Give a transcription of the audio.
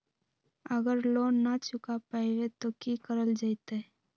अगर लोन न चुका पैबे तो की करल जयते?